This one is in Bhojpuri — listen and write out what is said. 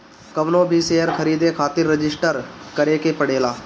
कवनो भी शेयर खरीदे खातिर रजिस्टर करे के पड़ेला